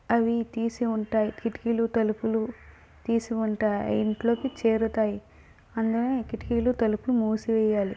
అవి తీసి ఉంటాయి కిటికీలు తలుపులు తీసి ఉంటాయి అవి ఇంట్లోకి చేరతాయి అనే కిటికీలు తలుపులు మూసి వేయాలి